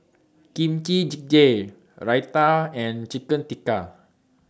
Kimchi Jjigae Raita and Chicken Tikka